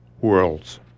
Worlds